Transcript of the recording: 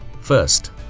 First